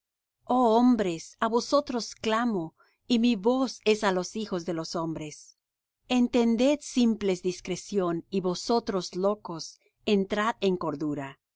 hombres á vosotros clamo y mi voz es á los hijos de los hombres entended simples discreción y vosotros locos entrad en cordura